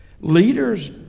Leaders